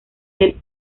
del